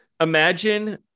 imagine